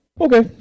Okay